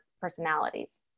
personalities